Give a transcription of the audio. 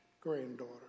granddaughter